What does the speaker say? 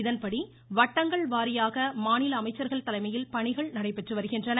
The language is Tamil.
இதன்படி வட்டங்கள் வாரியாக மாநில அமைச்சர்கள் தலைமையில் பணிகள் நடைபெற்று வருகின்றன